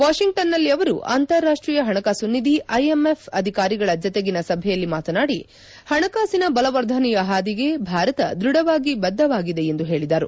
ವಾಷಿಂಗ್ಟನ್ನಲ್ಲಿ ಅವರು ಅಂತಾರಾಷ್ಟೀಯ ಹಣಕಾಸು ನಿಧಿ ಐಎಂಎಫ್ ಅಧಿಕಾರಿಗಳ ಜತೆಗಿನ ಸಭೆಯಲ್ಲಿ ಮಾತನಾಡಿ ಹಣಕಾಸಿನ ಬಲವರ್ಧನೆಯ ಹಾದಿಗೆ ಭಾರತ ದೃಢವಾಗಿ ಬದ್ದವಾಗಿದೆ ಎಂದು ಹೇಳಿದರು